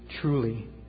truly